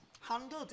handled